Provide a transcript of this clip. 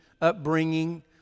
upbringing